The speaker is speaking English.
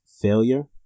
failure